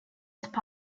spy